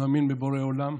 מאמין בבורא עולם.